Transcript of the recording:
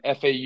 FAU